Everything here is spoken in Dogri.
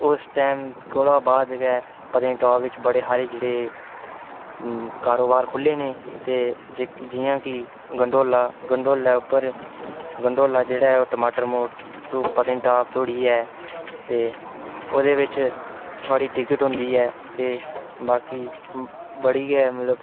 उस टाइम कोला बाद गै बड़े हारे जेह्ड़े कारोबार खु'ल्ले न ते जि'यां कि गंडोला गंडोले उप्पर गंडोला जेह्ड़ा ऐ ओह् टमाटर मोड़ तूं पत्नीटाप धोड़ी ऐ ते ओह्दे बेच थोआड़ी टिक्ट होंदी ऐ ते बाकी बड़ी गै मतलब